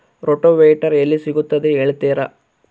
Rotavator ಎಲ್ಲಿ ಸಿಗುತ್ತದೆ ಹೇಳ್ತೇರಾ?